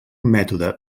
mètode